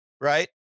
right